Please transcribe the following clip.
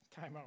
timeout